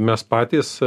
mes patys